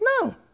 No